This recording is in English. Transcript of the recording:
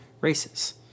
races